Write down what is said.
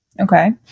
Okay